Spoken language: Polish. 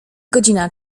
godzina